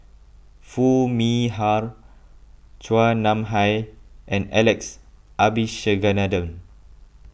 Foo Mee Har Chua Nam Hai and Alex Abisheganaden